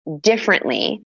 differently